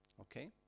Okay